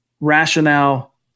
rationale